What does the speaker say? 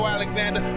Alexander